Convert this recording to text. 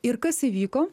ir kas įvyko